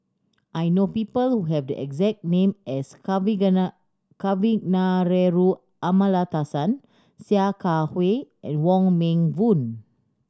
I know people who have the exact name as Kavignareru Amallathasan Sia Kah Hui and Wong Meng Voon